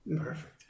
Perfect